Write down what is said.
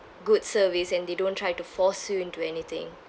good service and they don't try to force you into anything